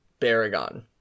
Baragon